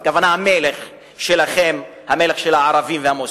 הכוונה, המלך שלכם, המלך של הערבים והמוסלמים.